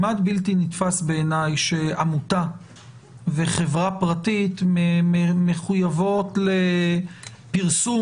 כמעט בלתי נתפס בעיניי שעמותה וחברה פרטית מחויבות לפרסום